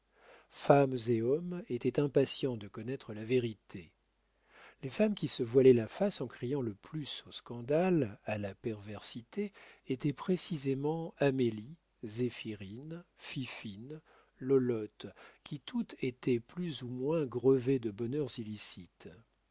femmes et hommes étaient impatients de connaître la vérité les femmes qui se voilaient la face en criant le plus au scandale à la perversité étaient précisément amélie zéphirine fifine lolotte qui toutes étaient plus ou moins grevées de bonheurs illicites